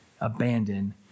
abandon